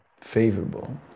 favorable